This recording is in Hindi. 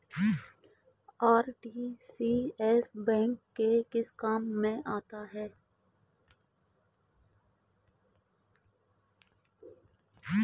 आर.टी.जी.एस बैंक के किस काम में आता है?